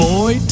Boy